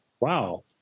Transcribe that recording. wow